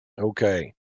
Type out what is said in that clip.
Okay